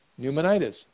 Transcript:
pneumonitis